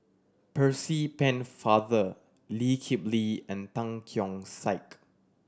Percy Pennefather Lee Kip Lee and Tan Keong Saik